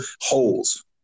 Holes